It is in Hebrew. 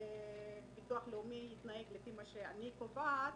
כאשר ביטוח לאומי ינהג לפי מה שאני קובעת.